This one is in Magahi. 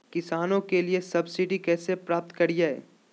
किसानों के लिए सब्सिडी कैसे प्राप्त करिये?